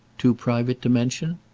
too private to mention?